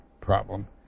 problem